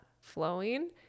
flowing